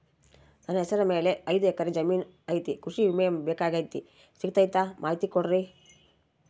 ನನ್ನ ಹೆಸರ ಮ್ಯಾಲೆ ಐದು ಎಕರೆ ಜಮೇನು ಐತಿ ಕೃಷಿ ವಿಮೆ ಬೇಕಾಗೈತಿ ಸಿಗ್ತೈತಾ ಮಾಹಿತಿ ಕೊಡ್ರಿ?